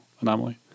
Anomaly